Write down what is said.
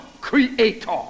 Creator